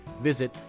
Visit